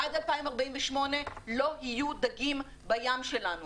עד 2048 לא יהיו דגים בים שלנו,